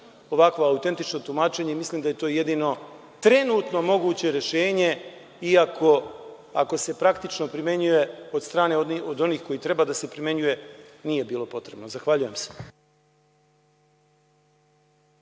ovakvo autentično tumačenje. Mislim da je to jedino trenutno moguće rešenje i ako se praktično primenjuje od strane od onih koji treba da se primenjuje nije bilo potrebno. Zahvaljujem se.